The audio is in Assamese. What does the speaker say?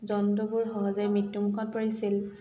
জন্তুবোৰ সহজে মৃত্যুমুখত পৰিছিল